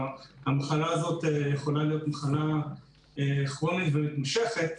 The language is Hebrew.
המחלה הזאת יכולה להיות כרונית ומתמשכת,